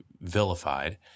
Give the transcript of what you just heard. vilified